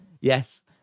Yes